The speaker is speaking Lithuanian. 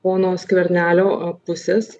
pono skvernelio pusės